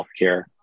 healthcare